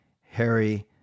Harry